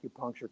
acupuncture